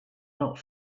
not